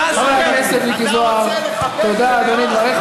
באמצעות שנאת חרדים?